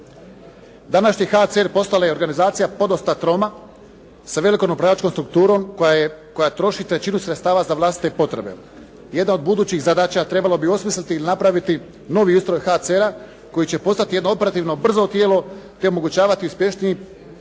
Današnji HCR je postala organizacija podosta troma sa velikom upravljačkom strukturom koja troši trećinu sredstava za vlastite potrebe. Jedna od budućih zadaća trebalo bi osmisliti i napraviti novi ustroj HCR-a koji će postati jedno operativno brzo tijelo, te omogućavati i spriječiti